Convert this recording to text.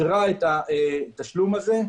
אישרה את התשלום הזה,